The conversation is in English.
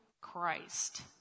Christ